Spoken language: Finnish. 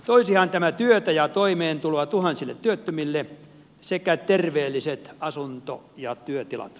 toisihan tämä työtä ja toimeentuloa tuhansille työttömille sekä terveelliset asunto ja työtilat